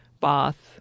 bath